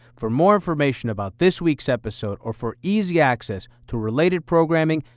for more information about this week's episode, or for easy access to related programming,